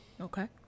Okay